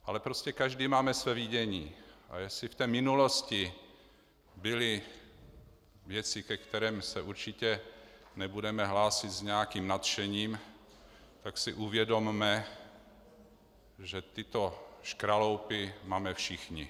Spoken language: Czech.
Ale prostě každý máme své vidění, a jestli v té minulosti byly věci, ke kterým se určitě nebudeme hlásit s nějakým nadšením, tak si uvědomme, že tyto škraloupy máme všichni.